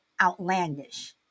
outlandish